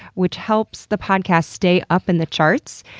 which helps the podcast stay up in the charts.